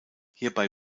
hierbei